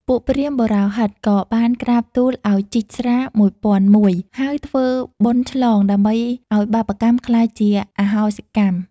ពួកព្រាហ្មណ៍បុរោហិតក៏បានក្រាបទូលឲ្យជីកស្រះ ១០០១ ហើយធ្វើបុណ្យឆ្លងដើម្បីឲ្យបាបកម្មក្លាយជាអហោសិកម្ម។